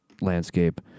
landscape